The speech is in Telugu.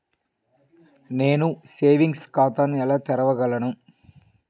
నేను సేవింగ్స్ ఖాతాను ఎలా తెరవగలను?